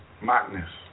Magnus